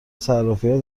صرافیها